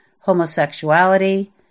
homosexuality